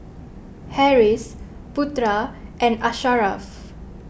Harris Putra and Asharaff